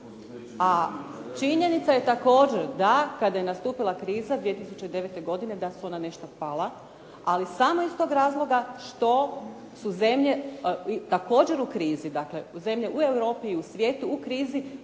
A činjenica je također da kada je nastupila kriza 2009. godine, da su ona nešto pala. Ali samo iz toga razloga što su zemlje također u krizi. Dakle zemlje u Europi i u svijetu u krizi